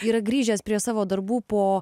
yra grįžęs prie savo darbų po